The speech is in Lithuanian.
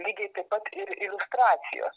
lygiai taip pat ir iliustracijos